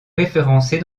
référencés